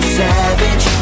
savage